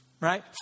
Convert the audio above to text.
right